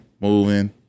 moving